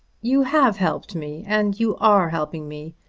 you have helped me, and you are helping me.